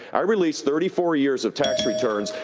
i released thirty four years of tax returns.